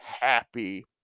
happy